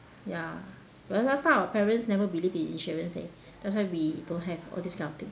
ya but last time our parents never believe in insurance eh that's why we don't have all these kind of thing